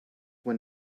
when